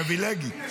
היא פריבילגית.